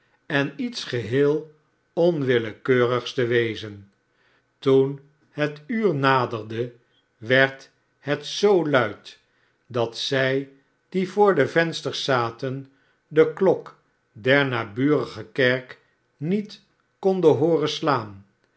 en iets geheel onwillefeurigs te wezen toen het uur naderde werd het zoo luid dat zij die voor de vensters zaten de klok der naburige kerk niet konden hooren slaan